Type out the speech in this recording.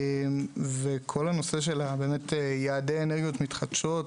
כל הנושא של באמת יעדי אנרגיות מתחדשות,